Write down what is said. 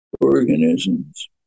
organisms